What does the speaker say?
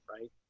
right